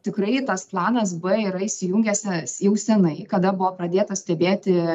tikrai tas planas b yra įsijungęs es jau senai kada buvo pradėta stebėti